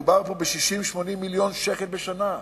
מדובר פה ב-60 80 מיליון שקל בשנה,